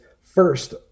first